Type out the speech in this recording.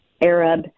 Arab